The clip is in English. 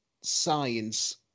science